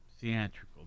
Theatrical